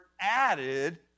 added